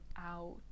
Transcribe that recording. out